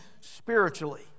spiritually